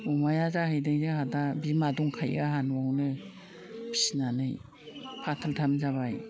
अमाया जाहैदों जाहा दा बिमा दंखायो आंहा न'आवनो फिसिनानै फाथाल थाम जाबाय